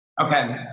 Okay